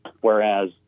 Whereas